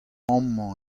amañ